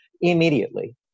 immediately